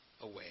away